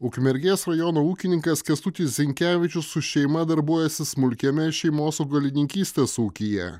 ukmergės rajono ūkininkas kęstutis zinkevičius su šeima darbuojasi smulkiame šeimos augalininkystės ūkyje